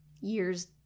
years